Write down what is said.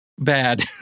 bad